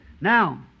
Now